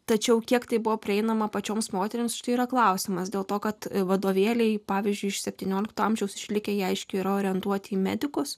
tačiau kiek tai buvo prieinama pačioms moterims štai yra klausimas dėl to kad vadovėliai pavyzdžiui iš septyniolikto amžiaus išlikę jie aiškiai yra orientuoti į medikus